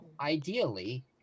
ideally